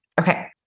Okay